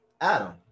Adam